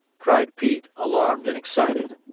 cried pete, alarmed and excited.